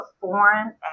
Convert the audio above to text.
foreign